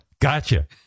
gotcha